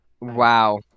Wow